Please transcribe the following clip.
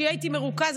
שיהיה מרוכז,